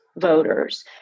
voters